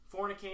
fornicate